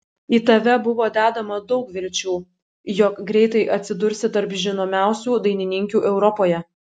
į tave buvo dedama daug vilčių jog greitai atsidursi tarp žinomiausių dainininkių europoje